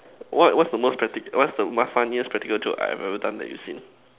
what what's the most practi~ what's the what funniest practical joke I have ever done that you seen